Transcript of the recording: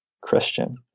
Christian